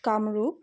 Kamrup